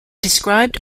described